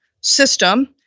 system